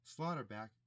Slaughterback